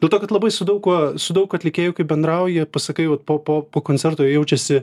dėl to kad labai su daug kuo su daug atlikėjų kai bendrauji pasakai vat po po po koncerto jie jaučiasi